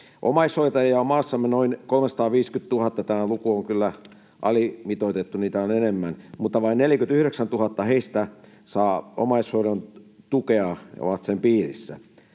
Omaishoitajia on maassamme noin 350 000 — tämä luku on kyllä alimitoitettu, heitä on enemmän — mutta vain 49 000 heistä saa omaishoidon tukea ja on sen piirissä.